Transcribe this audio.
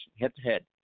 head-to-head